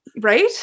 right